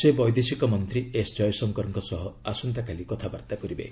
ସେ ବୈଦେଶିକ ମନ୍ତ୍ରୀ ଏସ୍ ଜୟଶଙ୍କରଙ୍କ ସହ ଆସନ୍ତାକାଲି କଥାବାର୍ତ୍ତା କରିବେ